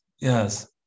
Yes